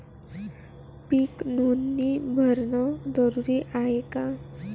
पीक नोंदनी भरनं जरूरी हाये का?